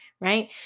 right